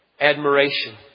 admiration